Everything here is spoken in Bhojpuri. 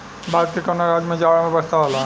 भारत के कवना राज्य में जाड़ा में वर्षा होला?